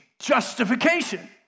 justification